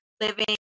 living